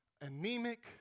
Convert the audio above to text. anemic